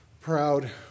proud